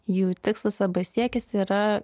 jų tikslas arba siekis yra